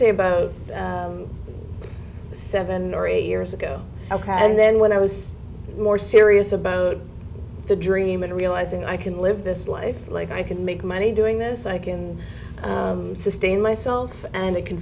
say about seven or eight years ago ok and then when i was more serious about the dream and realizing i can live this life like i can make money doing this i can sustain myself and i can